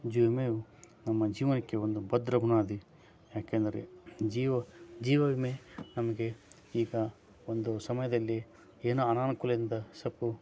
ಜೀವ ವಿಮೆಯು ನಮ್ಮ ಜೀವನಕ್ಕೆ ಒಂದು ಭದ್ರ ಬುನಾದಿ ಯಾಕೆಂದರೆ ಜೀವ ಜೀವ ವಿಮೆ ನಮಗೆ ಈಗ ಒಂದು ಸಮಯದಲ್ಲಿ ಏನ ಅನಾನುಕೂಲದಿಂದ ಸ್ವಲ್ಪ